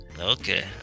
Okay